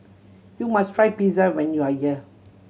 you must try Pizza when you are here